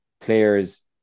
players